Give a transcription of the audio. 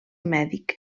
mèdic